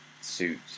suit